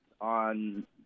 on